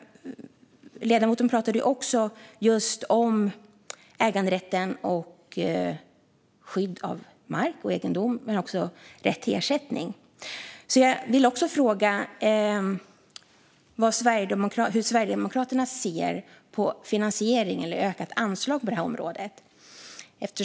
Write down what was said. Ledamoten pratade om äganderätten, om skydd av mark och egendom och om rätt till ersättning. Jag vill fråga hur Sverigedemokraterna ser på finansiering eller ökat anslag på det här området.